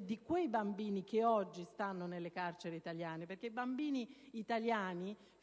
di quei bambini che oggi stanno nelle carceri italiane. Il problema dei bambini italiani,